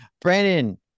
Brandon